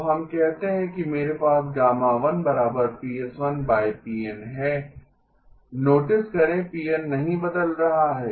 तो हम कहते हैं कि मेरे पास है नोटिस करें Pn नहीं बदल रहा है